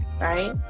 right